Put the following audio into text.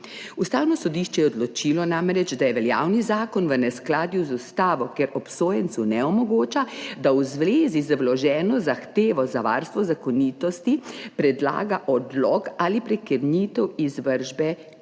Ustavno sodišče je namreč odločilo, da je veljavni zakon v neskladju z ustavo, ker obsojencu ne omogoča, da v zvezi z vloženo zahtevo za varstvo zakonitosti predlaga odlog ali prekinitev izvršbe kazni